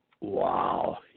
Wow